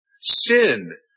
Sin